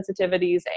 sensitivities